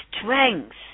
strengths